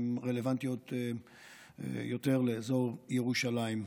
הן רלוונטיות יותר לאזור ירושלים.